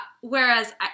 Whereas